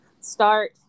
start